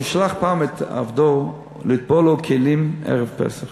הוא שלח פעם את עבדו לטבול לו כלים בערב פסח